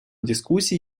дискуссии